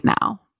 now